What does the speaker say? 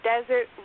desert